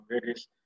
various